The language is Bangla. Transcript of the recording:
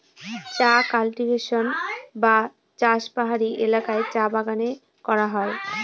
চা কাল্টিভেশন বা চাষ পাহাড়ি এলাকায় চা বাগানে করা হয়